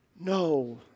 no